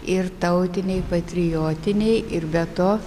ir tautiniai patriotiniai ir be to